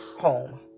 home